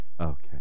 Okay